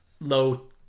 low